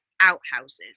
outhouses